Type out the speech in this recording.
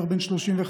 גבר בן 35,